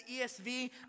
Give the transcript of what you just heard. ESV